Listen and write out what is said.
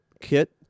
kit